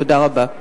תודה רבה.